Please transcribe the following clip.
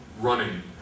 running